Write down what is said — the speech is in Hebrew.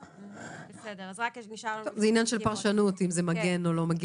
זה עניין של פרשנות אם זה מגן או לא,